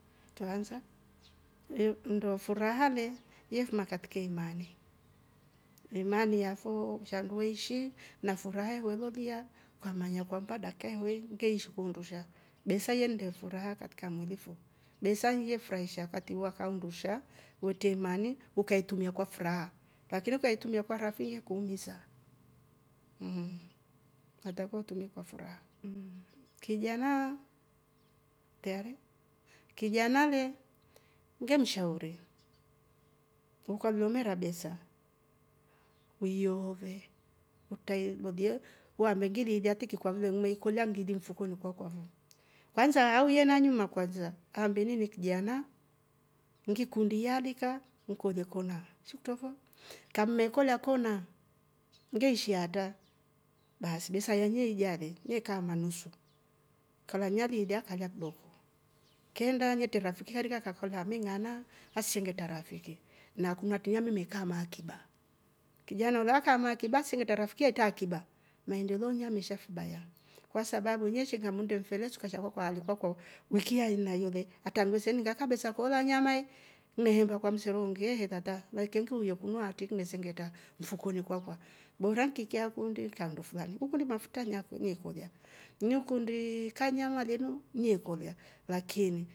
Tuanze iru mndo furaha le yefuma akatikie imane nimane yafo mshandweishi na furaha welolia kwamanya kwampa dakka hii wei hukeishi kuundusha besa iye nde furaha katika mwilifu besa ngie furaha wakati wa kaundusha wote mani ukaitumia kwa furaha lakini ukaitumia kwa rafie kuumhisa mhh katakiwa utumie kwa furaha mhh kijanaa teari. kijana nale ngemshauri ukwaviomera besa wehiove utailolie wamengidilia tiki kwa mmvemle ikolia mdiki mfuko kwa kwavo kwanza auwie na nyuma kwanza ambili ni kijana ngi kundi yaalika nkolekola shiktovo kame kola kona ngeisha hata basi besa yenye ijale ye kamanusu ngabanya viilia kalia kidoko keenda yetere rafiki heri kakolha minyana asingeta rafiki na kunuati yami meka maakiba kijana ulaakamaki basi ngete rafki eta akiba maendelonya besha fubaya kwasabu nyeshe gamunde mfere sukasha kwamvua kwa ali koko wikia yena yole akangoze eninga ngaka besa kola nyama mehemba kwa msero honge tata nakii ukeuyo kunuati tunesengeta mfukoni kwakwa bora kikia kundi kando fulani hukuri mafuta nyatu bekolia nyiukundi kamia maleno nyie kolia lakini.